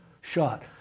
shot